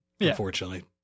Unfortunately